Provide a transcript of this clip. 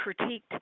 critiqued